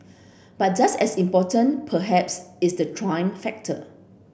but just as important perhaps is the Trump factor